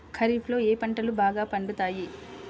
ఖరీఫ్లో ఏ పంటలు బాగా పండుతాయి?